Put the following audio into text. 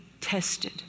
tested